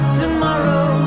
tomorrow